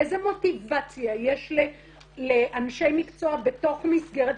איזה מוטיבציה יש לאנשי מקצוע בתוך מסגרת,